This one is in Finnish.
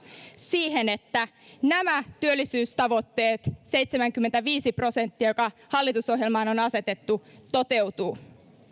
siihen että nämä työllisyystavoitteet seitsemänkymmentäviisi prosenttia joka hallitusohjelmaan on asetettu toteutuvat